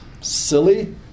silly